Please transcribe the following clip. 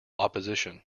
opposition